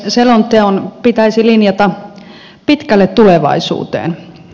selonteon pitäisi linjata pitkälle tulevaisuuteen